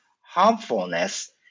harmfulness